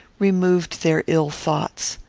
removed their ill thoughts.